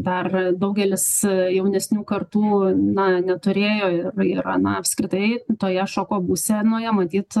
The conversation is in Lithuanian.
dar daugelis jaunesnių kartų na neturėjo ir ir na apskritai toje šoko būsenoje matyt